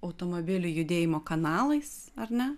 automobilių judėjimo kanalais ar ne